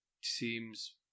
seems